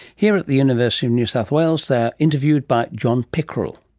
here at the university of new south wales they are interviewed by john pickrell.